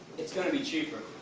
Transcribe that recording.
it's gonna be cheaper.